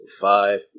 Five